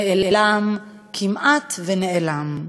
נאלם, כמעט נעלם.